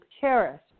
cherish